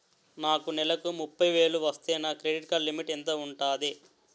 నాకు నెలకు ముప్పై వేలు వస్తే నా క్రెడిట్ కార్డ్ లిమిట్ ఎంత ఉంటాది?